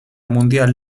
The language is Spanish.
mundial